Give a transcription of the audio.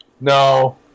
no